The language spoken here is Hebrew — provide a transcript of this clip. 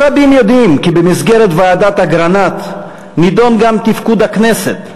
לא רבים יודעים כי במסגרת ועדת אגרנט נדון גם תפקוד הכנסת,